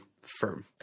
firm